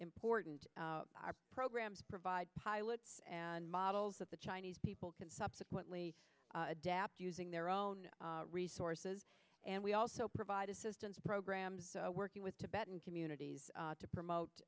important programs provide pilots and models that the chinese people can subsequently adapt to using their own resources and we also provide assistance programs working with tibetan communities to promote